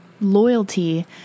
loyalty